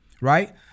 right